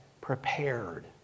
prepared